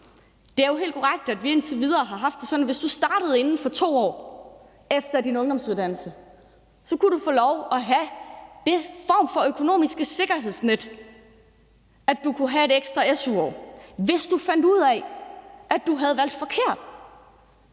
Det er jo helt korrekt, at vi indtil videre har haft det sådan, at hvis du startede inden for 2 år efter din ungdomsuddannelse, kunne du få lov at have den form for økonomiske sikkerhedsnet, at du kunne have 1 ekstra su-år, hvis du fandt ud af, at du havde valgt forkert.